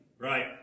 Right